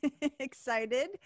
excited